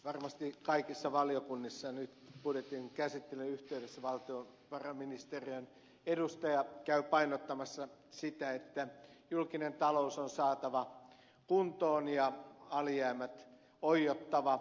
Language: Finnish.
varmasti kaikissa valiokunnissa nyt budjetin käsittelyn yhteydessä valtiovarainministeriön edustaja käy painottamassa sitä että julkinen talous on saatava kuntoon ja alijäämät oiottava